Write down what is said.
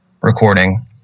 recording